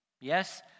yes